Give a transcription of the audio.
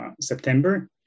September